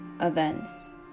Events